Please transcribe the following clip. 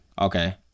Okay